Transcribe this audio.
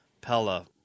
Pella